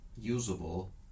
usable